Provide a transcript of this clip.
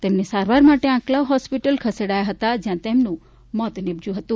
તેમને સારવાર માટે આંકલાવ હોસ્પિટલ ખસેડાયા હતા જ્યાં તેમનું મોત નીપજ્યું હતું